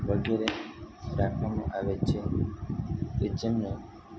વગેરે રાખવામાં આવે છે કે જેમને